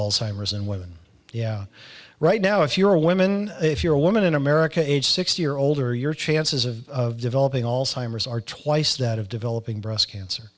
in women yeah right now if you're a woman if you're a woman in america age six year old or your chances of developing all simers are twice that of developing breast cancer